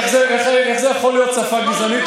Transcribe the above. איך זה יכול להיות שפה גזענית,